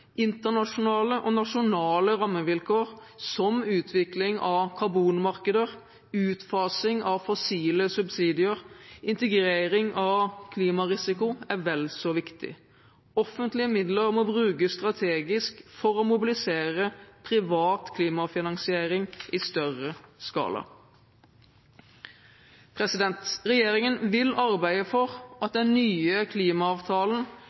Internasjonale og nasjonale rammevilkår som utvikling av karbonmarkeder, utfasing av fossile subsidier og integrering av klimarisiko er vel så viktig. Offentlige midler må brukes strategisk for å mobilisere privat klimafinansiering i større skala. Regjeringen vil arbeide for at den nye klimaavtalen